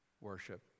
worship